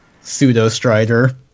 pseudo-strider